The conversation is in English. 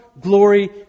glory